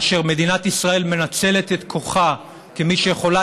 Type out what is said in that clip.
שמדינת ישראל מנצלת את כוחה כמי שיכולה